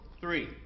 three